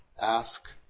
Ask